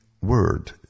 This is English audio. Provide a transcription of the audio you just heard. word